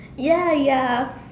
ya ya